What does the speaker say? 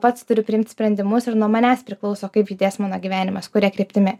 pats turiu priimt sprendimus ir nuo manęs priklauso kaip judės mano gyvenimas kuria kryptimi